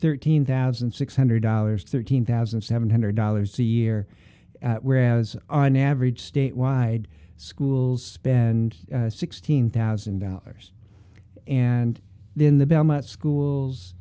thirteen thousand six hundred dollars thirteen thousand seven hundred dollars a year whereas our navarrete statewide schools spend sixteen thousand dollars and then the belmont schools